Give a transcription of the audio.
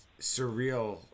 surreal